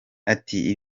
ati